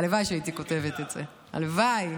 הלוואי שהייתי כותבת את זה, הלוואי.